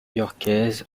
yorkaise